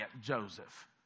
Joseph